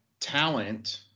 talent